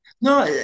No